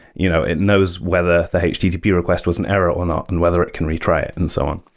you know, it knows whether the http request was an error or not and whether it can retry it and so on.